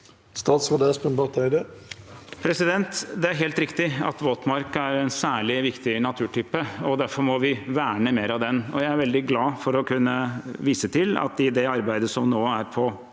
Statsråd Espen Barth Eide Det er helt riktig at våtmark er en særlig viktig naturtype, og derfor må vi verne mer av den. Jeg er veldig glad for å kunne vise til at i det arbeidet som nå er